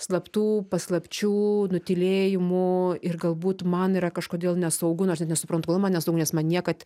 slaptų paslapčių nutylėjimų ir galbūt man yra kažkodėl nesaugu nors net nesuprantu man nesaugu nes man niekad